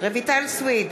רויטל סויד,